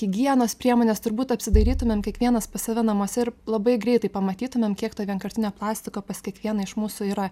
higienos priemonės turbūt apsidairytumėm kiekvienas pas save namuose ir labai greitai pamatytumėm kiek to vienkartinio plastiko pas kiekvieną iš mūsų yra